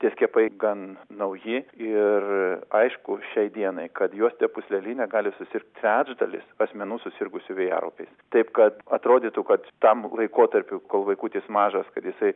tie skiepai gan nauji ir aišku šiai dienai kad juostine pūsleline gali susirgti trečdalis asmenų susirgusių vėjaraupiais taip kad atrodytų kad tam laikotarpiui kol vaikutis mažas kad jisai